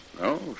No